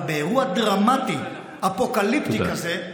אבל באירוע דרמטי, אפוקליפטי כזה,